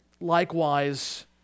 Likewise